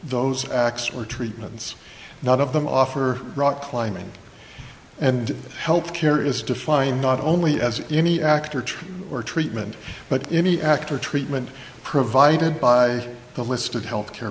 those acts or treatments none of them offer rock climbing and health care is defined not only as any actor trick or treatment but any actor treatment provided by the listed health care